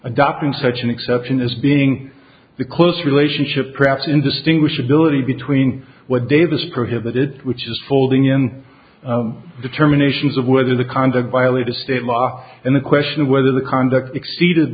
adopting such an exception as being the close relationship perhaps indistinguishability between what davis prohibited which is folding in determinations of whether the conduct violated state law and the question of whether the conduct exceeded